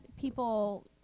people